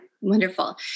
Wonderful